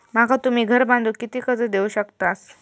माका तुम्ही घर बांधूक किती कर्ज देवू शकतास?